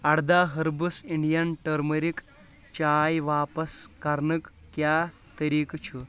اردہ ۂربٕس Indian turmeric چاے واپس کرنُک کیٛاہ طریٖقہٕ چھُ؟